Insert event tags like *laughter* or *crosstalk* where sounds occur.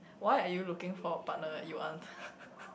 why are you looking for a partner that you want *laughs*